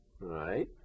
right